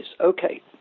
Okay